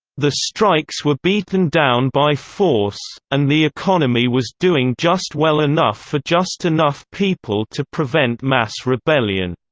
the strikes were beaten down by force, and the economy was doing just well enough for just enough people to prevent mass rebellion.